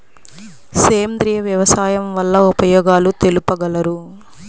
సేంద్రియ వ్యవసాయం వల్ల ఉపయోగాలు తెలుపగలరు?